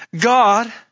God